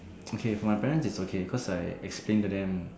okay for my parents is okay cause I explain to them